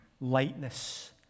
lightness